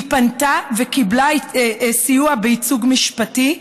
היא פנתה וקיבלה סיוע בייצוג משפטי,